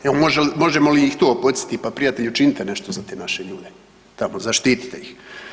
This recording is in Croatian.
Evo možemo li ih to podsjetit, pa prijatelju učinite nešto za te naše ljude, zaštitite ih.